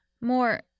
more